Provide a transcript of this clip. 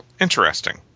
Interesting